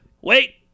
wait